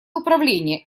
управление